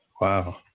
Wow